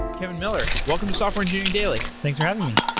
kevin miller, welcome to software engineering daily thanks for having me.